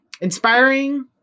inspiring